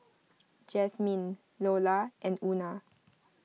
Jasmine Nola and Una